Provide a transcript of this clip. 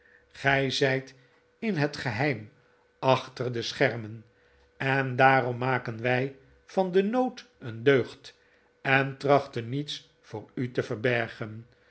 gij zijt in het geheim achter de schermen en daarom maken wij van den nood een deugd en trachten niets voor u te verbergen